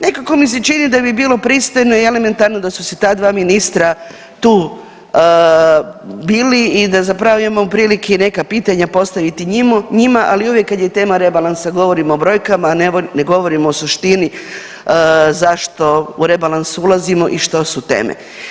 Nekako mi se čini da bi bilo pristojno i elementarno da su se ta dva ministra tu bili i da zapravo imamo prilike i neka pitanja postaviti njima, ali uvijek kad je tema rebalansa, govorimo o brojkama, a ne govorimo o suštini, zašto u rebalans ulazimo i što su teme.